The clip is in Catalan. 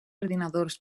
ordinadors